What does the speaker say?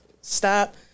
Stop